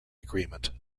agreement